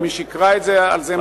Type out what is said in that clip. ומי שיקרא על זה מחר,